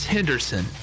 Henderson